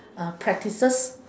uh practices